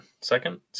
second